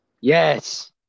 Yes